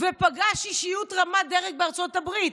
ופגש אישיות רמת דרג בארצות הברית.